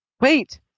wait